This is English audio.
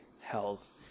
health